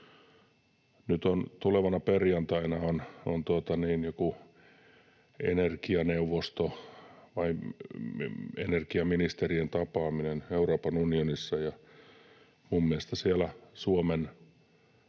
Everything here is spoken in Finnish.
Nyt tulevana perjantaina on joku energianeuvosto vai energiaministerien tapaaminen Euroopan unionissa, ja minun mielestäni siellä Suomen